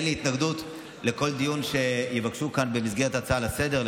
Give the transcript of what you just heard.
אין לי התנגדות לכל דיון שיבקשו כאן במסגרת הצעה לסדר-היום,